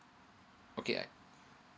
okay i